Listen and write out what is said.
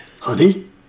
Honey